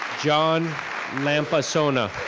john lampasona.